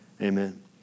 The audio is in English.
amen